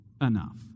enough